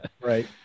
Right